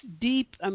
deep